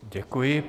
Děkuji.